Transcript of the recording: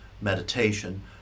meditation